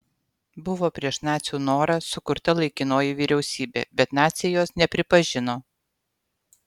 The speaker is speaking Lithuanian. buvo prieš nacių norą sukurta laikinoji vyriausybė bet naciai jos nepripažino